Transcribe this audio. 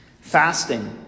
Fasting